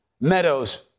Meadows